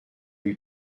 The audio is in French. lui